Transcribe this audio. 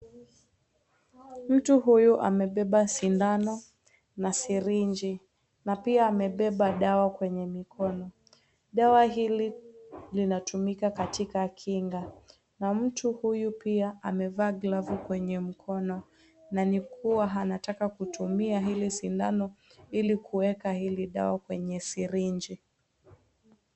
Mtu huyu amebeba sindano na (cs)sirinji (cs), na pia amebeba dawa kwenye mikono. Dawa hili linatumika katika kinga. Na mtu huyu pia amevaa glavu kwenye mikono, na nikuwa ataka kutumia hili sindano hili kueka hili dawa kwenye (cs)sirinji (cs).